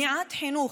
מניעת חינוך,